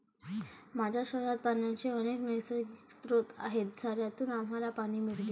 माझ्या शहरात पाण्याचे अनेक नैसर्गिक स्रोत आहेत, झऱ्यांतून आम्हाला पाणी मिळते